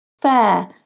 fair